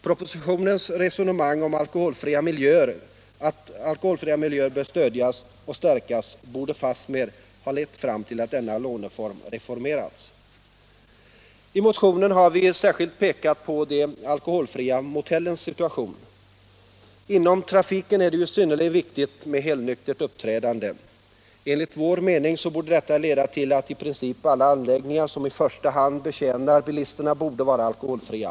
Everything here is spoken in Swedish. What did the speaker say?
Propositionens resonemang om att alkoholfria miljöer bör stödjas och stärkas borde i stället ha lett fram till att denna låneform reformerats. I motionen har vi särskilt pekat på de alkoholfria motellens situation. Inom trafiken är det ju synnerligen viktigt med helnyktert uppträdande. Enligt vår mening borde detta leda till att i princip alla anläggningar som i första hand betjänar bilisterna borde vara alkoholfria.